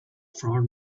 frown